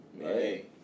Hey